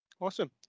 Awesome